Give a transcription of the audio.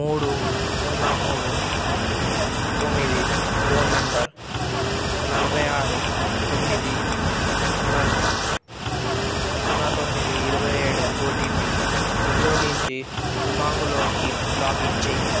మూడు సున్నా మూడు తొమ్మిది ఫోన్ నంబర్ నలభై ఆరు తొమ్మిది సున్నా సున్నా తొమ్మిది ఇరవై ఏడు ఓటీపీ ఉపయోగించి ఉమాంగ్లోకి లాగిన్ చెయ్యి